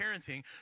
parenting